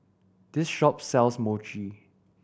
this shop sells Mochi